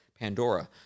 Pandora